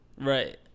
Right